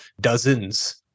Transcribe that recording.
dozens